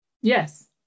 Yes